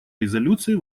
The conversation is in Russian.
резолюции